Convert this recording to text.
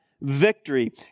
victory